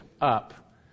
up